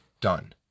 done